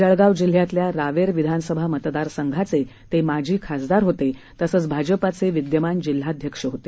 जळगाव जिल्ह्यातल्य़ा रावेर विधानसभा मतदार संघाचे ते माजी खासदार होते तसेच भाजपचे विद्यमान जिल्हाध्यक्ष होते